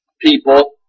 people